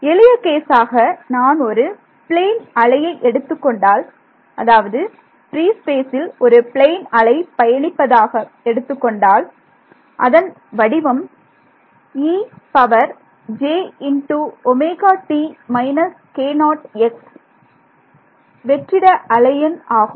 எளிய கேஸாக நான் ஒரு பிளைன் அலையை எடுத்துக்கொண்டால் அதாவது பிரீ ஸ்பேசில் ஒரு பிளைன் அலை பயணிப்பதாக எடுத்துக்கொண்டால் அதன் வடிவம் வெற்றிட அலை எண் ஆகும்